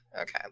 Okay